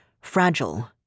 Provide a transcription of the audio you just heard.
Fragile